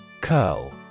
Curl